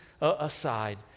aside